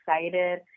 excited